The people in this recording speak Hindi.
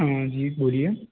हाँ जी बोलिए